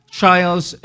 trials